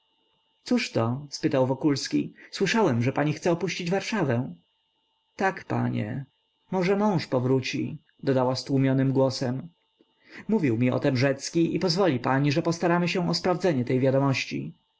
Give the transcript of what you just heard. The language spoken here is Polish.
smutniejsze cóżto spytał wokulski słyszałem że pani chce opuścić warszawę tak panie może mąż powróci dodała stłumionym głosem mówił mi o tem rzecki i pozwoli pani że postaramy się o sprawdzenie tej wiadomości